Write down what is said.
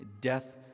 Death